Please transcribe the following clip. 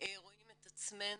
רואים את עצמנו,